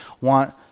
want